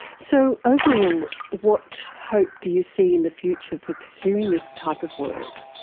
so overall, what hope do you see in the future for pursuing this type of work?